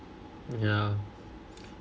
yeah